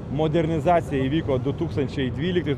modernizacija įvyko du tūkstančiai dvyliktais